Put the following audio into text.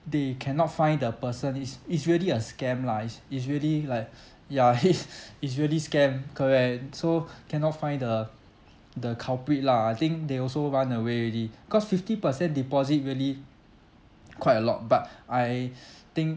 they cannot find the person it's it's really a scam lah it's it's really like ya it's it's really scam correct so cannot find the the culprit lah I think they also run away already cause fifty percent deposit really quite a lot but I think